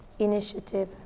initiative